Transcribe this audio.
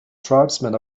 tribesmen